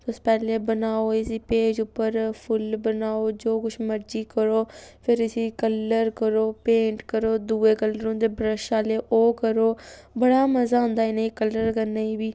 तुस पैह्लें बनाओ इस्सी पेज उप्पर फुल्ल बनाओ जो कुछ मर्जी करो फिर इस्सी कलर करो पेंट करो दुए कलर होंदे ब्रश आह्ले ओह् करो बड़ा मजा औंदा इ'नें गी कलर करने गी बी